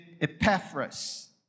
Epaphras